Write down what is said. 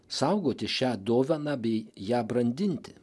saugoti šią dovaną bei ją brandinti